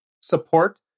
support